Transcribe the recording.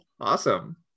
Awesome